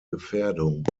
gefährdung